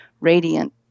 radiant